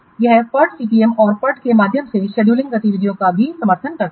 यह PERT CPM और PERT के माध्यम से शेड्यूलिंग गतिविधियों का भी समर्थन करता है